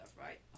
right